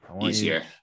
easier